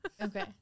Okay